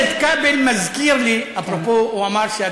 חבר הכנסת כבל מזכיר לי, אפרופו, הוא אמר שאת